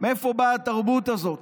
מאיפה באה התרבות הזאת.